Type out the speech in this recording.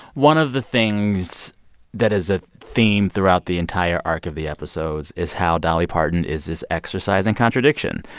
one of the things that is a theme throughout the entire arc of the episodes is how dolly parton is this exercise in contradiction,